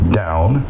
down